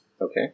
Okay